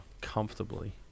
comfortably